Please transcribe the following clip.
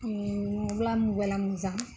रोंब्ला मबाइला मोजां